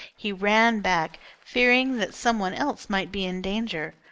he ran back, fearing that some one else might be in danger,